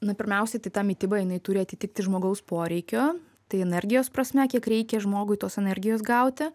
na pirmiausiai tai ta mityba jinai turi atitikti žmogaus poreikio tai energijos prasme kiek reikia žmogui tos energijos gauti